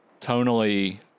tonally